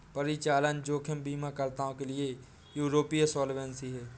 परिचालन जोखिम बीमाकर्ताओं के लिए यूरोपीय सॉल्वेंसी है